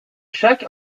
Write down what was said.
chaque